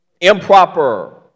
improper